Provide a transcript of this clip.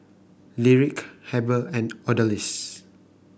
Lyric Heber and Odalys